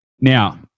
Now